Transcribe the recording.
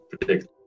predict